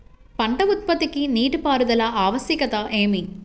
పంట ఉత్పత్తికి నీటిపారుదల ఆవశ్యకత ఏమి?